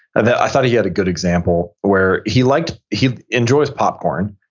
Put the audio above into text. i thought he had a good example where he like he enjoys popcorn,